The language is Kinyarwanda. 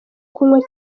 kunywa